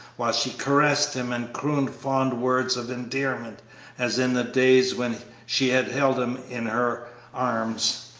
while she caressed him and crooned fond words of endearment as in the days when she had held him in her arms.